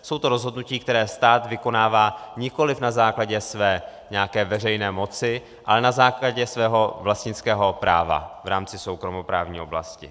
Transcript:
Jsou to rozhodnutí, která stát vykonává nikoliv na základě své nějaké veřejné moci, ale na základě svého vlastnického práva v rámci soukromoprávní oblasti.